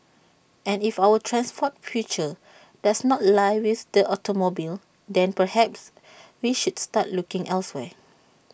and if our transport future does not lie with the automobile then perhaps we should start looking elsewhere